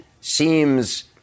seems